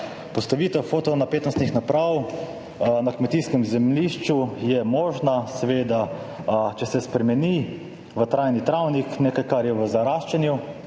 postavitev fotonapetostnih naprav na kmetijskem zemljišču je možna, seveda, če se spremeni v trajni travnik, torej v nekaj, kar je v zaraščanju.